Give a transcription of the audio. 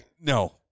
No